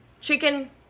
chicken